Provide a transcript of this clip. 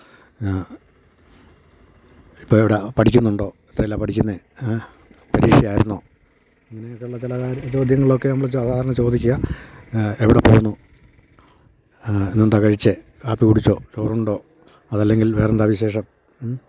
ആ ഇപ്പം എവിടെയാണ് പഠിക്കുന്നുണ്ടോ എത്രയിലാ പഠിക്കുന്നത് പരീക്ഷ ആയിരുന്നോ ഇങ്ങനെക്കെയുള്ള ചില കാര്യം ചോദ്യങ്ങളൊക്കെയാണ് നമ്മൾ സാധാരണ ചോദിക്കുക എവിടെ പോകുന്നു ആ ഇന്ന് എന്താണ് കഴിച്ചത് ആ കാപ്പി കുടിച്ചോ ചോറുണ്ടോ അതല്ലെങ്കിൽ വേറെ എന്താ വിശേഷം